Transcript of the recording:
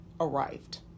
arrived